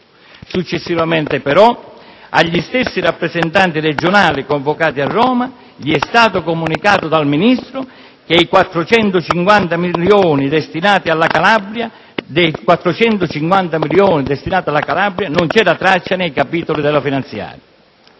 Successivamente, però, agli stessi rappresentanti regionali convocati a Roma è stato comunicato dal Ministro che «dei 450 milioni destinati alla Calabria non c'era traccia nei capitoli della Finanziaria».